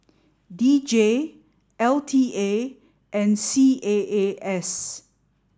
D J L T A and C A A S